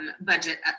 budget